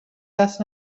دست